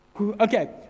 Okay